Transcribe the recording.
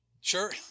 Sure